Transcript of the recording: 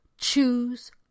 choose